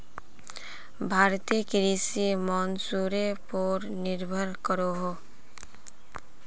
भारतीय कृषि मोंसूनेर पोर निर्भर करोहो